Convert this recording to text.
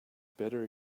better